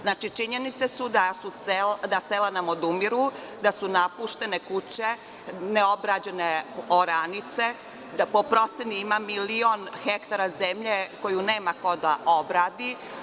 Znači, činjenice su da nam sela odumiru, da su napuštene kuće, neobrađene oranice, da po proceni ima milion hektara zemlje koju nema ko da obradi.